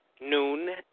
noon